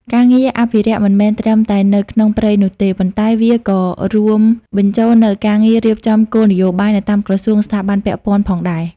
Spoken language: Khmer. ការងារអភិរក្សមិនមែនត្រឹមតែនៅក្នុងព្រៃនោះទេ ប៉ុន្តែវាក៏រួមបញ្ចូលនូវការងាររៀបចំគោលនយោបាយនៅតាមក្រសួងស្ថាប័នពាក់ព័ន្ធផងដែរ។